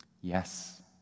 Yes